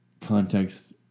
context